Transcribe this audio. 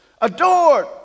adored